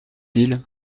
ils